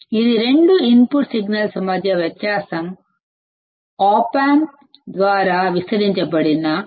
ఇది రెండు input signals మధ్య వ్యత్యాసం ఆప్ ఆంప్ ద్వారా యాంప్లిఫయ్ చేసే ఫాక్టర్